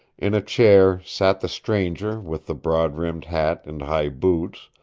in a chair sat the stranger with the broad-brimmed hat and high boots,